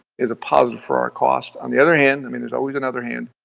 is a positive for our costs. on the other hand, i mean there's always another hand,